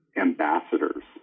ambassadors